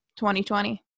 2020